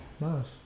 nice